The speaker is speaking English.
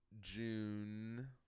June